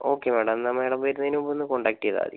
okay madam എന്നാൽ madam വരുന്നതിന് മുമ്പൊന്ന് കോൺടാക്ട് ചെയ്താൽ മതി